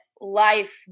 life